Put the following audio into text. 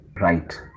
right